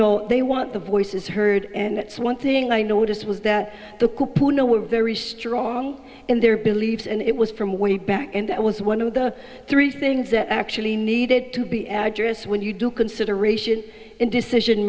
know they want the voices heard and that's one thing i noticed was that the kapoor no were very strong in their beliefs and it was from way back and that was one of the three things that actually needed to be address when you do consideration in decision